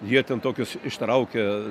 jie ten tokius ištraukia